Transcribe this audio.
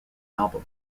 album